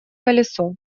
колесо